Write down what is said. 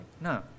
No